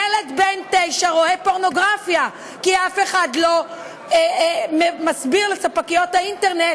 ילד בן תשע רואה פורנוגרפיה כי אף אחד לא מסביר לספקיות האינטרנט